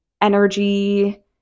energy